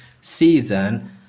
season